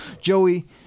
joey